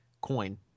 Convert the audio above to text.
coin